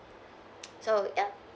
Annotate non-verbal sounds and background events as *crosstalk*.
*noise* so ya